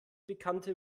bekannte